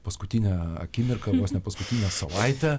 paskutinę akimirką vos ne paskutinę savaitę